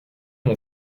mon